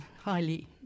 highly